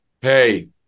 hey